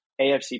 AFC